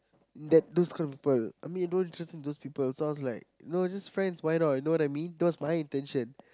is that those kind of people I mean you don't interested in those people so I was like no just friends why not you know what I mean that was my intention